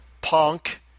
Punk